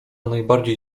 najbardziej